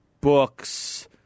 books